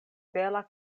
bela